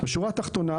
בשורה התחתונה,